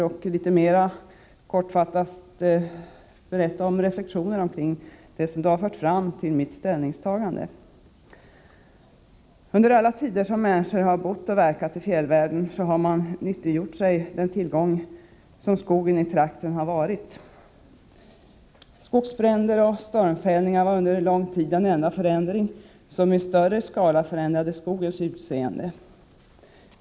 I stället tänkte jag litet kortfattat redovisa några reflexioner som har lett fram till mitt ställningstagande. Under alla tider som människor har bott och verkat i fjällvärlden har man nyttiggjort den tillgång som skogen i trakten har varit. Skogsbränder och stormfällningar var under lång tid det enda som i större skala förändrade skogens utseende.